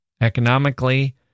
Economically